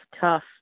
tough